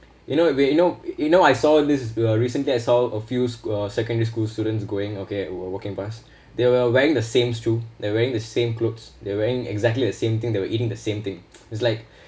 you know it'd be you know you know I saw this is uh recently I saw a few sch~ uh secondary school students going okay we're walking pass they are wearing the same shoe they're wearing the same clothes they are wearing exactly the same thing they were eating the same thing it's like